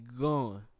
gone